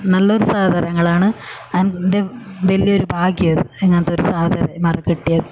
നല്ലൊരു സഹോദരങ്ങളാണ് എന്റെ വലിയ ഒരു ഭാഗ്യമാണ് ഇത് ഇങ്ങനത്തെ ഒരു സഹോദരന്മാരെ കിട്ടിയത്